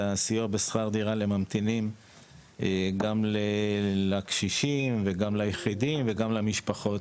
הסיוע בשכר דירה לממתינים גם לקשישים וגם ליחידים וגם למשפחות